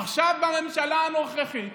עכשיו, בממשלה הנוכחית,